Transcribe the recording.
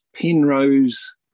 Penrose